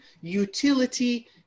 utility